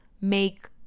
make